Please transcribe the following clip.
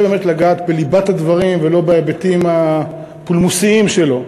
לגעת בליבת הדברים ולא בהיבטים הפולמוסיים שלו.